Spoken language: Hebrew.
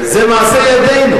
זה מעשי ידינו.